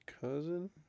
Cousin